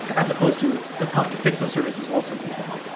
as supposed to let's help you fix those services while something is wrong.